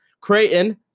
Creighton